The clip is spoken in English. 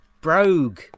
brogue